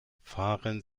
fahren